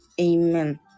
Amen